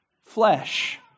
flesh